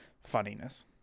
funniness